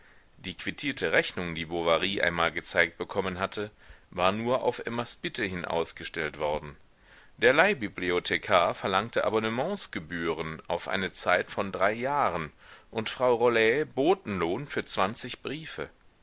die quittierte rechnung die bovary einmal gezeigt bekommen hatte war nur auf emmas bitte hin ausgestellt worden der leihbibliothekar verlangte abonnementsgebühren auf eine zeit von drei jahren und frau rollet botenlohn für zwanzig briefe